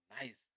nice